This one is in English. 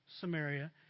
Samaria